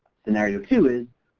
scenario two is,